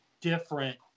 different